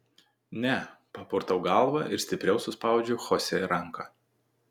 ne papurtau galvą ir stipriau suspaudžiu chosė ranką